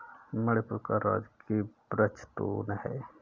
मणिपुर का राजकीय वृक्ष तून है